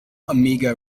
amiga